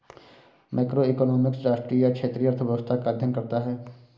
macroeconomics राष्ट्रीय या क्षेत्रीय अर्थव्यवस्था का अध्ययन करता है